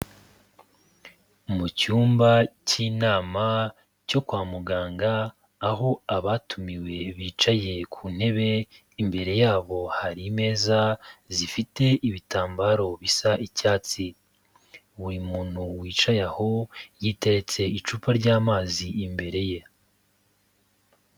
Mu cyumba cy'inama cyo kwa muganga, aho abatumiwe bicaye ku ntebe, imbere yabo hari imeza zifite ibitambaro bisa icyatsi. Buri muntu wicaye aho yiteretse icupa ry'amazi imbere ye.